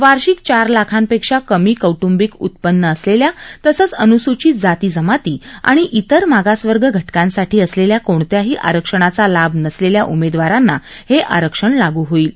वार्षिक चार लाखांपेक्षा कमी कौटुंबिक उत्पन्न असलेल्या तसंच अनुसूचित जाती जमाती आणि इतर मागासवर्ग घटकांसाठी असलेल्या कोणत्याही आरक्षणाचा लाभ नसलेल्या उमेदवारांना हे आरक्षण लागू होईल